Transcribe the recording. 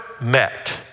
met